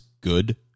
good